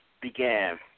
began